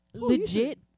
Legit